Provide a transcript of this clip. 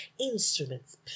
instruments